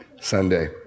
Sunday